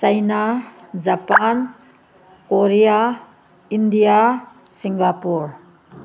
China Japan Korea India Singapore